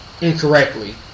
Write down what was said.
incorrectly